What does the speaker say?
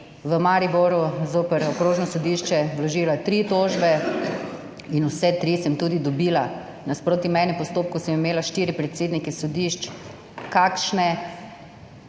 v Mariboru zoper okrožno sodišče vložila tri tožbe in vse tri sem tudi dobila nasproti mene. V postopku sem imela štiri predsednike sodišč. Kakšne